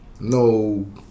No